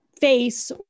face